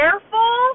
careful